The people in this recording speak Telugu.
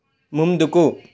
ముందుకు